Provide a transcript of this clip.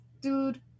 dude